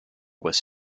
was